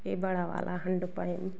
यह बड़ा वाला हंड पाइप